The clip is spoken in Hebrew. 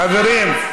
חברים.